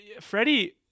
Freddie